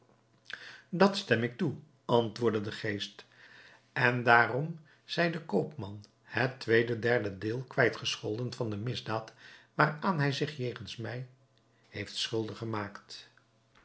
dat stem ik toe antwoordde de geest en daarom zij den koopman het tweede derde deel kwijt gescholden van de misdaad waaraan hij zich jegens mij heeft schuldig gemaakt